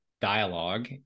dialogue